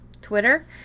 Twitter